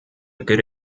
good